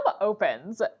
opens